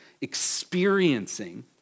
experiencing